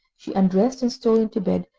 she undressed and stole into bed,